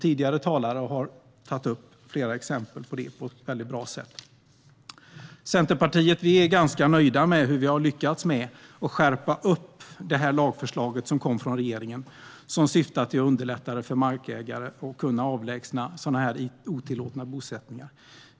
Tidigare talare har tagit upp flera exempel på detta på ett bra sätt. Vi i Centerpartiet är ganska nöjda med hur utskottet lyckats skärpa lagförslaget från regeringen som syftar till att underlätta för markägare att avlägsna otillåtna bosättningar.